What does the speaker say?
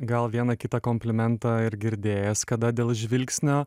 gal vieną kitą komplimentą ir girdėjęs kada dėl žvilgsnio